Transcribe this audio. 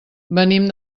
venim